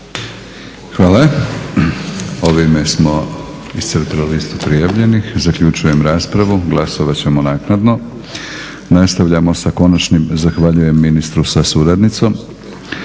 Hvala. Ovime smo iscrpili listu prijavljenih. Zaključujem raspravu. Glasovat ćemo naknadno. Nastavljamo sa konačnim, zahvaljujem ministru sa suradnicom.